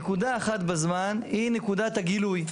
נקודת זמן אחת, היא נקודת הגילוי.